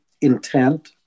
intent